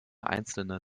einzelne